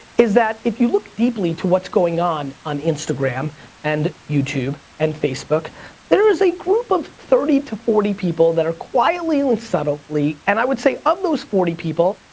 is that if you look deeply into what's going on on instagram and youtube and facebook there is a group of thirty to forty people that are quietly and subtly, and i would say of those forty people,